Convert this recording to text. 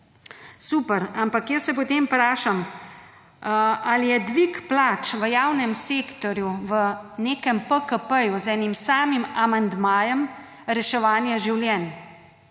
Super, ampak jaz sem potem vprašam, ali je dvig plač v javnem sektorju v nekem PKP-ju z enim samim amandmajem, reševanje življenj?